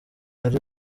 ari